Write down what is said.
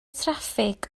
traffig